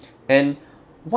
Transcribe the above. and what